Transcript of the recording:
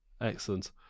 Excellent